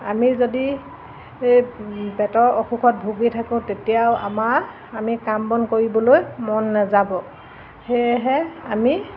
আমি যদি পেটৰ অসুখত ভুগি থাকোঁ তেতিয়াও আমাৰ আমি কাম বন কৰিবলৈ মন নাযাব সেয়েহে আমি